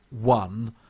one